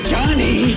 Johnny